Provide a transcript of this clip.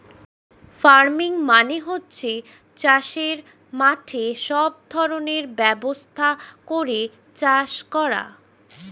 farming মানে হচ্ছে চাষের মাঠে সব ধরনের ব্যবস্থা করে চাষ করা